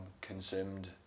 consumed